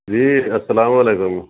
جی السلام علیکم